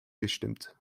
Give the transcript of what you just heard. gestimmt